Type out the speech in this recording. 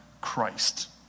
Christ